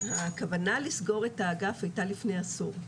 הכוונה לסגור את האגף הייתה לפני עשור.